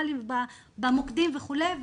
באלול התשפ"א.